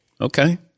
Okay